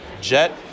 Jet